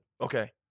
Okay